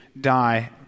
die